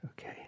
Okay